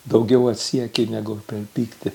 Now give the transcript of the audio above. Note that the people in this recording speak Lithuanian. daugiau atsieki negu per pyktį